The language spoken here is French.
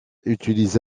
utilise